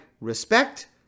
respect